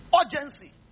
Urgency